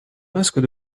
masques